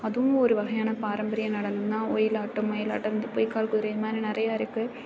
அதுவும் ஒரு வகையான பாரம்பரிய நடனம் தான் ஒயிலாட்டம் மயிலாட்டம் இந்த பொய்க்கால் குதிரை இந்த மாதிரி நிறையா இருக்குது